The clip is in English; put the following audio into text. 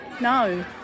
No